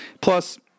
Plus